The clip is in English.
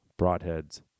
broadheads